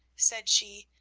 said she,